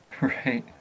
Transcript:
right